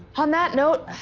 on that note,